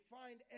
find